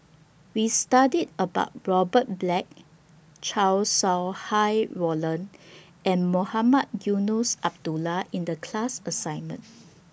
We studied about Robert Black Chow Sau Hai Roland and Mohamed Eunos Abdullah in The class assignment